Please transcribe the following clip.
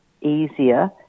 easier